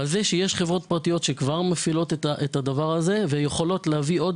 ועל זה שיש חברות פרטיות שכבר מפעילות את הדבר הזה ויכולות להביא עוד,